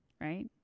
right